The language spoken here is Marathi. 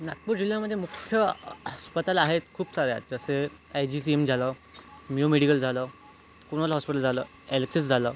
नागपूर जिल्ह्यामध्ये मुख्य अस्पताल आहेत खूप सारे आहेत जसे आय जी सी एम झालं मेयो मेडिकल झालं कुणाल हॉस्पिटल झालं एल्सेस झालं